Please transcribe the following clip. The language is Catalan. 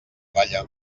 balla